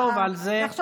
נחשוב על זה.